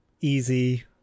easy